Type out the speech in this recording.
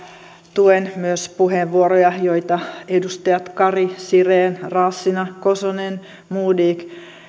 tuen myös puheenvuoroja joita edustajat kari siren raassina kosonen modig